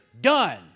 Done